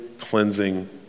cleansing